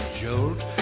jolt